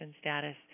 status